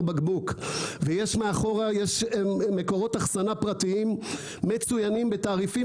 בקבוקר ויש מאחורה מקורות הכנסה פרטיים מצוינים בתעריפים